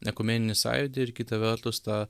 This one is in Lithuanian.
ekumeninį sąjūdį ir kita vertus tą